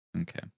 Okay